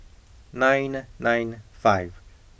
nine nine five